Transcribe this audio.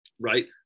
right